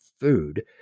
food